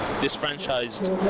disfranchised